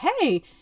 hey